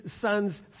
son's